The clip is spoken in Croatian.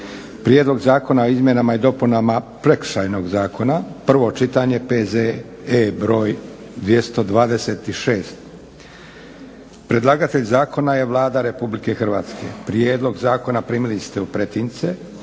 Prijedlog zakona o dopunama Prekršajnog zakona, prvo čitanje, PZE br. 226 Predlagatelj zakona je Vlada RH. Prijedlog zakona primili ste u pretince.